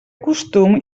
consum